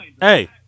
Hey